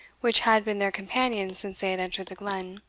which had been their companion since they had entered the glen.